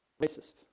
racist